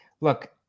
Look